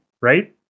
right